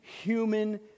human